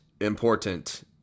important